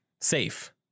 safe